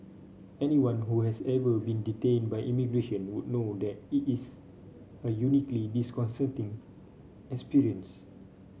anyone who has ever been detained by immigration would know that it is a uniquely disconcerting experience